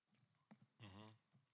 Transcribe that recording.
(uh huh)